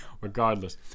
Regardless